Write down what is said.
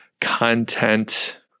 content